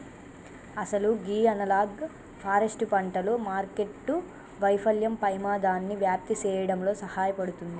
అసలు గీ analog forest పంటలు మార్కెట్టు వైఫల్యం పెమాదాన్ని వ్యాప్తి సేయడంలో సహాయపడుతుంది